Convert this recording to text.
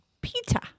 Peter